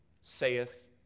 saith